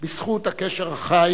בזכות הקשר החי